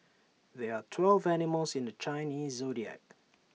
there are twelve animals in the Chinese Zodiac